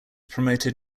promoted